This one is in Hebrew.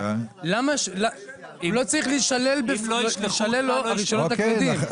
לא צריך לשלול לו את הרישיונות הכבדים,